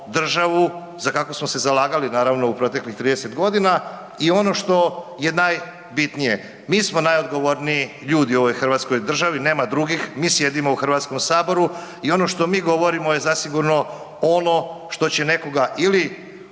za kakvu smo se zalagali naravno u proteklih 30.g. I ono što je najbitnije, mi smo najodgovorniji ljudi u ovoj hrvatskoj državi, nema drugih, mi sjedimo u HS-u i ono što mi govorimo je zasigurno ono što će nekoga ili